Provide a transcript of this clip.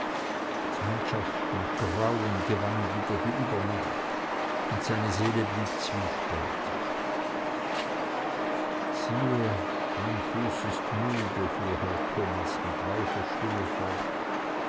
feindschaft und grauen gewann wieder die übermacht und seine seele blieb zwiespältig siehe mein fuß ist müde fuhr herr thomas mit weicher stimme fort